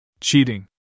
Cheating